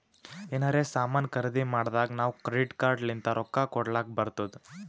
ಎನಾರೇ ಸಾಮಾನ್ ಖರ್ದಿ ಮಾಡ್ದಾಗ್ ನಾವ್ ಕ್ರೆಡಿಟ್ ಕಾರ್ಡ್ ಲಿಂತ್ ರೊಕ್ಕಾ ಕೊಡ್ಲಕ್ ಬರ್ತುದ್